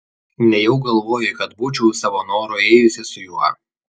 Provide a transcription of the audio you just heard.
nejau galvoji kad būčiau savo noru ėjusi su juo